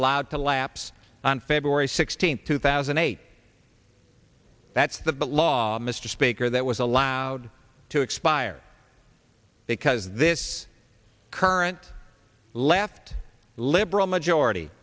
allowed to lapse on february sixteenth two thousand and eight that's the law mr speaker that was allowed to expire because this current left liberal majority